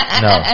no